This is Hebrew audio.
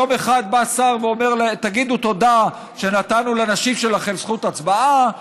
יום אחד בא שר ואומר: תגידו תודה שנתנו לנשים שלכם זכות הצבעה,